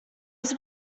jest